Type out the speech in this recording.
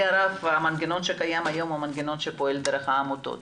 הרב המנגנון שקיים היום הוא מנגנון שפועל דרך עמותת.